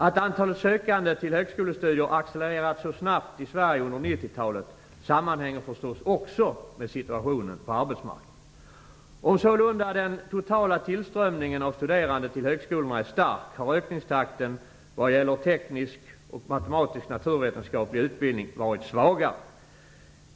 Att antalet sökande till högskolestudier accelererat så snabbt i Sverige under 90-talet sammanhänger förstås också med situationen på arbetsmarknaden. Om den totala tillströmningen av studerande till högskolorna är stark har ökningstakten vad gäller teknisk och matematisk-naturvetenskaplig utbildning varit svagare.